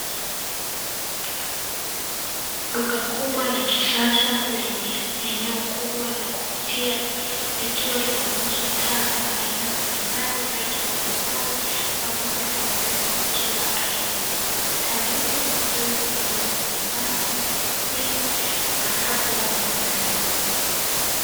Duka kubwa la kisasa lenye eneo kubwa la kuvutia, likiwa linauzwa Taa za aina mbalimbali, rangi mbalimbali, pamoja na urembo wa kila aina. taa hizi ni nzuri kwaajili ya manyumbani na maofisini na hata za barabarani.